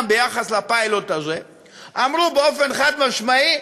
על הפיילוט הזה אמרו באופן חד-משמעי,